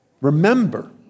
Remember